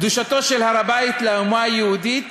קדושתו של הר-הבית לאומה היהודית